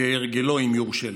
כהרגלו, אם יורשה לי.